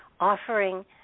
offering